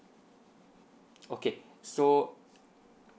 okay so